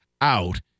out